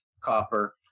copper